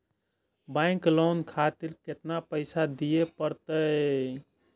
Bank loan खातीर केतना पैसा दीये परतें?